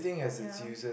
ya